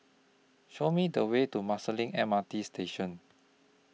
Show Me The Way to Marsiling M R T Station